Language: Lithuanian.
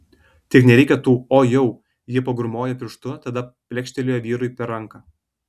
tik nereikia tų o jau ji pagrūmojo pirštu tada plekštelėjo vyrui per ranką